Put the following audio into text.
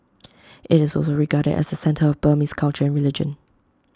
IT is also regarded as the centre of Burmese culture and religion